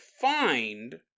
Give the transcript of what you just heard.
find